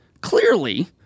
Clearly